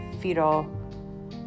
fetal